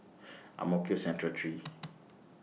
Ang Mo Kio Central three